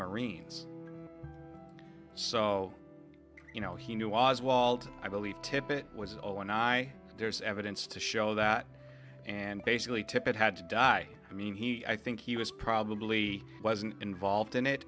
marines so you know he knew oswald i believe tippit was all and i there's evidence to show that and basically tippit had to die i mean he i think he was probably wasn't involved in it